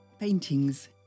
Paintings